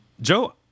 Joe